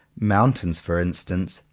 mountains, for instance,